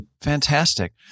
Fantastic